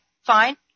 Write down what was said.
fine